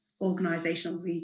organizational